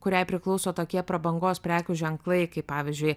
kuriai priklauso tokie prabangos prekių ženklai kaip pavyzdžiui